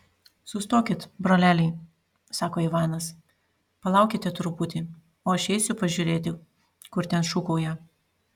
sustokit broleliai sako ivanas palaukite truputį o aš eisiu pažiūrėti kur ten šūkauja